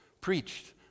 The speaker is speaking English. preached